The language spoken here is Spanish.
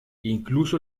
incluso